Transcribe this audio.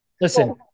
Listen